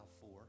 four